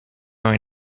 going